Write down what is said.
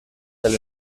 del